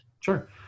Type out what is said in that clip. Sure